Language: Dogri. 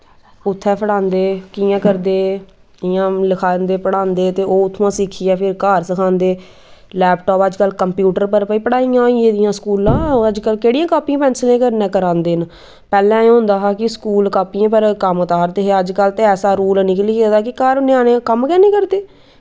कुत्थै पढ़ांदे कि'यां करदे कि'यां लखांदे पढ़ांदे ते ओह् उत्थुआं सिक्खियै फिर घर सखांदे लैपटॉप अजकल कंप्यूटर पर भाई पढ़ाइयां होई गेदियां स्कूला अजकल केह्ड़ियां कापिएं पैंसलें कन्नै करांदे न पैह्लें एह् होंदे हा कि स्कूल कापिएं पर कम्म तोआरदे हे अजकल ते ऐसा रूल निकली गेदा कि घर ञ्याणे कम्म गै निं करदे